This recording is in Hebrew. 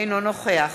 אינו נוכח